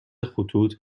خطوط